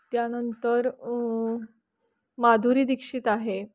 त्यानंतर माधुरी दीक्षित आहे